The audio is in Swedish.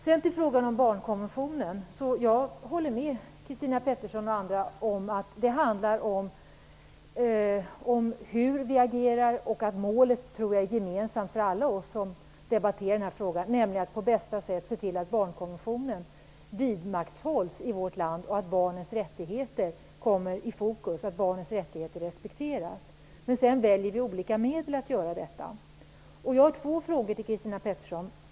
Sedan till frågan om barnkonventionen. Jag håller med Christina Pettersson och andra om att det handlar om hur vi agerar. Jag tror dessutom att målet är gemensamt för alla oss som debatterar den här frågan: att på bästa sätt se till att barnkonventionen vidmakthålls i vårt land och att barnens rättigheter kommer i fokus och respekteras. Men sedan väljer vi olika medel när det gäller att åstadkomma detta. Jag har två frågor till Christina Pettersson.